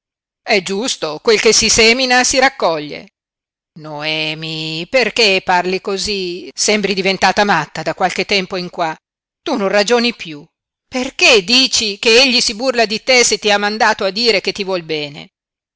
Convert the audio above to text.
è giusto quel che si semina si raccoglie noemi perché parli cosí sembri diventata matta da qualche tempo in qua tu non ragioni piú perché dici che egli si burla di te se ti ha mandato a dire che ti vuol bene